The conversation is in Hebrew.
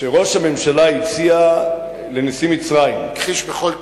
שראש הממשלה הציע לנשיא מצרים, הכחיש בכל תוקף.